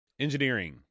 Engineering